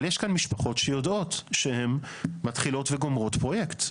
אבל יש כאן משפחות שיודעות שהן מתחילות וגומרות פרויקט.